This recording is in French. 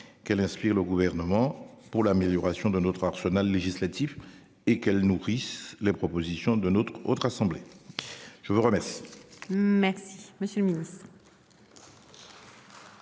Qu'elle inspire le gouvernement pour l'amélioration de notre arsenal législatif et qu'elles nourrissent les propositions de notre autre assemblée. Je veux remettre. Merci, monsieur le Ministre.